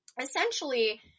essentially